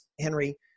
Henry